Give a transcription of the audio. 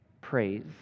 praise